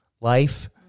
life